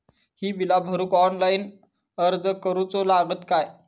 ही बीला भरूक ऑनलाइन अर्ज करूचो लागत काय?